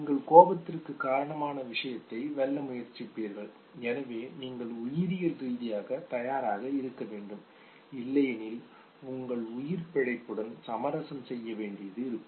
நீங்கள் கோபத்திற்கு காரணமான விஷயத்தை வெல்ல முயற்சிப்பீர்கள் எனவே நீங்கள் உயிரியல் ரீதியாக தயாராக இருக்க வேண்டும் இல்லையெனில் உங்கள் உயிர் பிழைப்புடன் சமரசம் செய்ய வேண்டியது இருக்கும்